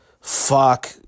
Fuck